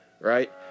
right